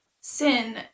sin